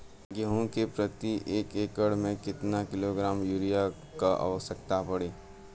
गेहूँ के प्रति एक एकड़ में कितना किलोग्राम युरिया क आवश्यकता पड़ी?